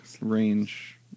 range